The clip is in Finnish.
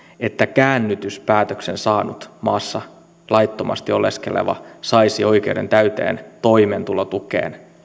että käännytyspäätöksen saanut maassa laittomasti oleskeleva saisi oikeuden täyteen toimeentulotukeen